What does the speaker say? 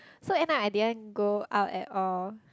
so end up I didn't go out at all